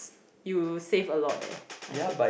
you save a lot leh I think